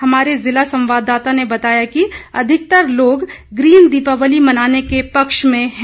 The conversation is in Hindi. हमारे ज़िला संवाददाता ने बताया कि अधिकतर लोग ग्रीन दीपावली मनाने के पक्ष में हैं